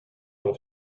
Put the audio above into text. ton